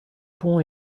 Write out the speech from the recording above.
pont